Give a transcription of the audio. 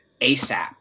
ASAP